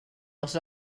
els